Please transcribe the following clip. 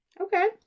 Okay